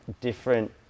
different